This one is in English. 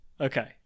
Okay